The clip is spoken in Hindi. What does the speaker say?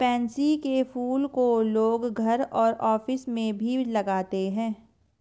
पैन्सी के फूल को लोग घर और ऑफिस में भी लगाते है